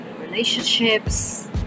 relationships